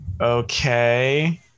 okay